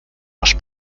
los